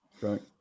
Right